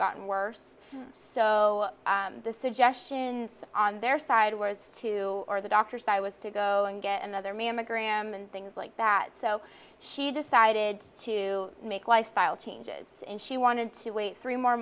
gotten worse so the suggestions on their side was to or the doctor said i was to go and get another mammogram and things like that so she decided to make lifestyle changes and she wanted to wait three more